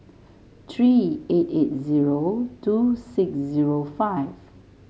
three eight eight zero two six zero five